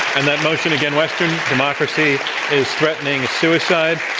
and that motion again western democracy is threatening suicide.